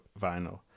vinyl